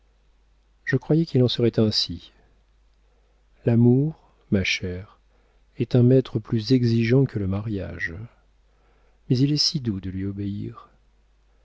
je croyais qu'il en serait ainsi l'amour ma chère est un maître plus exigeant que le mariage mais il est si doux de lui obéir